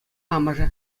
амӑшӗ